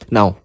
Now